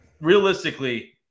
Realistically